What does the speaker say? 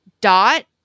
dot